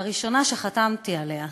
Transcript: הראשונה שחתמתי עליה.